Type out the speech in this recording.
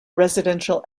residential